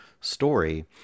story